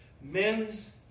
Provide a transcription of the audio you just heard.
Men's